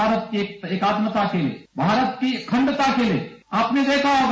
भारत के एकात्मकता के लिए भारत की अखंडता के लिए आपने देखा होगा